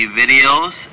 videos